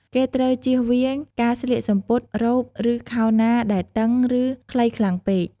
គេត្រូវចៀសវាងការស្លៀកសំពត់ រ៉ូប ឬ ខោណាដែលតឹង ឬ ខ្លីខ្លាំងពេក។